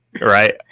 right